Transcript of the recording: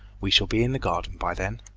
we shall be in the garden by then